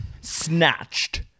Snatched